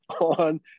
on